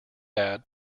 bad